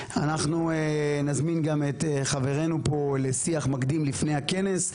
אנחנו נזמין גם את חברינו פה לשיח מקדים לפני הכנס,